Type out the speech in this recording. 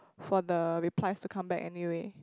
for the replies to come back anyway